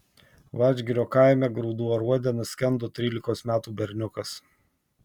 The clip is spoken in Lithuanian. vadžgirio kaime grūdų aruode nuskendo trylikos metų berniukas